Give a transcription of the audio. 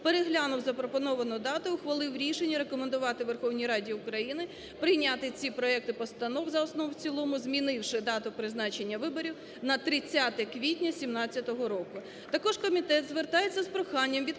переглянув запропоновану дату і ухвалив рішення рекомендувати Верховній Раді України прийняти ці проекти постанов за основу, в цілому, змінивши дату призначення виборів на 30 квітня 2017 року. Також комітет звертається з проханням